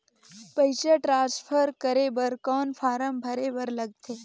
पईसा ट्रांसफर करे बर कौन फारम भरे बर लगथे?